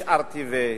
יש RTV,